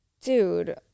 Dude